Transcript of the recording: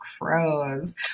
Crows